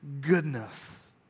goodness